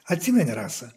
atsimeni rasa